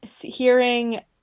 hearing